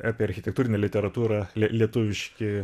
apie architektūrinę literatūrą lie lietuviški